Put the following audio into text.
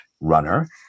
runner